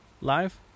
live